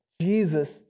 Jesus